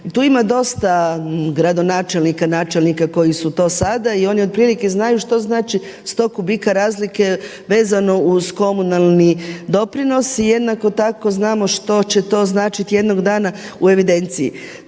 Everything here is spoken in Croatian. Tu ima dosta gradonačelnika, načelnika koji su to sada i oni otprilike znaju što znači sto kubika razlike vezano uz komunalni doprinos. I jednako tako znamo što će to značiti jednog dana u evidenciji.